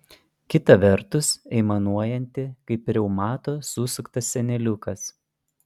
kita vertus aimanuojanti kaip reumato susuktas seneliukas